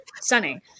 stunning